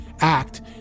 act